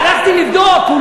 הלכתי לבדוק,